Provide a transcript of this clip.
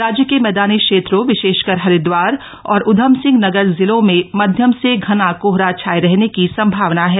राज्य के मैदानी क्षेत्रों विशेषकर हरिदवार और उधमसिंह नगर जिलों में मध्यम से धना कोहरा छाये रहने की संभावना है